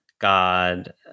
God